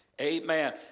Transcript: Amen